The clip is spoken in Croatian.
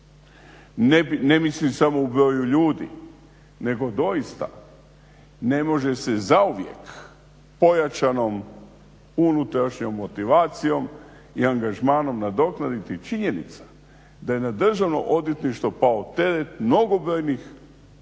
Ne mislim samo u broju ljudi nego doista ne može se zauvijek pojačanom unutrašnjom motivacijom i angažmanom nadoknaditi činjenica da je na Državno odvjetništvo pao teret mnogobrojnih